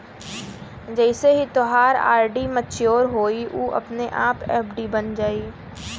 जइसे ही तोहार आर.डी मच्योर होइ उ अपने आप एफ.डी बन जाइ